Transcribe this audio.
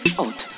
out